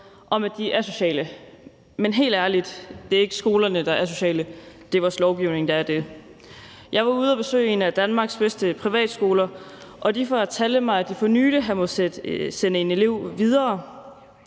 om, at de er asociale. Men det er helt ærligt ikke skolerne, der er asociale; det er vores lovgivning, der er det. Jeg var ude at besøge en af Danmarks bedste privatskoler, og der fortalte man mig, at de for nylig har måttet sende en elev med